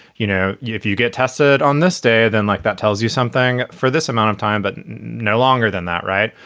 you know, you if you get tested on this day, then like that tells you something for this amount of time, but no longer than that. right.